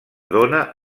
dóna